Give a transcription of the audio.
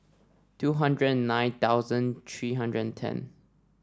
two hundred and nine thousand three hundred and ten